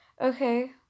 okay